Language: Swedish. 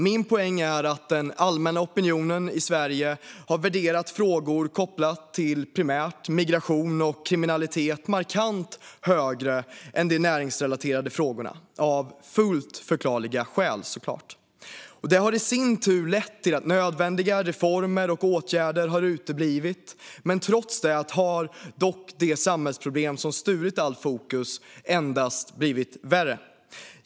Min poäng är att den allmänna opinionen i Sverige har värderat frågor kopplat till primärt migration och kriminalitet markant högre än de näringsrelaterade frågorna - självklart av fullt förklarliga skäl. Det har i sin tur lett till att nödvändiga reformer och åtgärder har uteblivit, men trots det har de samhällsproblem som stulit allt fokus endast blivit värre.